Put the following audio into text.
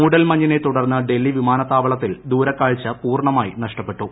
മൂടൽമഞ്ഞിനെ തുടർന്ന് ഡൽഹി വിമാ്നത്താവളത്തിൽ ദൂരക്കാഴ്ച പൂർണ്ണമായി നഷ്ടപ്പെട്ടു